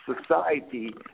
society